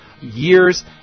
years